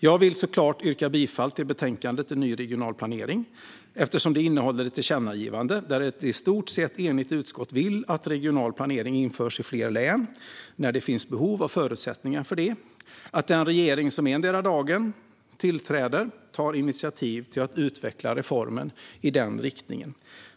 Jag yrkar såklart bifall till utskottets förslag eftersom det innehåller ett tillkännagivande där ett i stort sett enigt utskott vill att regional planering införs i fler län när det finns behov och förutsättningar och att den regering som endera dagen tillträder tar initiativ till att utveckla reformen i den riktningen.